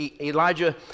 Elijah